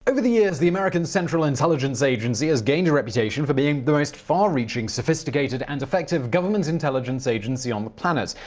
over the years, the american central intelligence agency has gained a reputation for being the most far-reaching, sophisticated, and effective government intelligence agency on the planet.